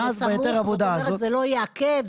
זאת אומרת זה לא יעכב?